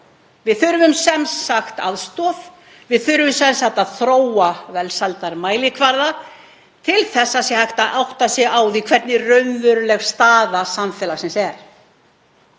Við þurfum sem sagt aðstoð. Við þurfum sem sagt að þróa velsældarmælikvarða til að hægt sé að átta sig á því hvernig raunveruleg staða samfélagsins er.